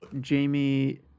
Jamie